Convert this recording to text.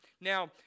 Now